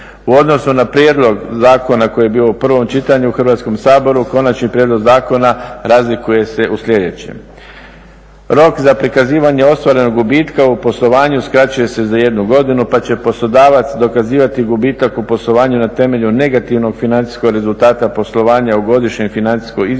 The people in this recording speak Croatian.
U odnosu na prijedlog zakona koji je bio u prvom čitanju u Hrvatskom saboru Konačni prijedlog Zakona razlikuje se u sljedećem. Rok za prikazivanje ostvarenog gubitka u poslovanju skraćuje se za jednu godinu pa će poslodavac dokazivati gubitak u poslovanju na temelju negativnog financijskog rezultata poslovanja u godišnjem financijskom izvještaju